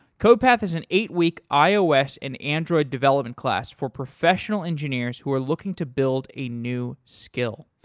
codepath is an eight week ios and android development class for professional engineers who are looking to build a new skill.